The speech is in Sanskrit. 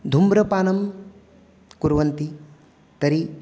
धूम्रपानं कुर्वन्ति तर्हि